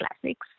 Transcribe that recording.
classics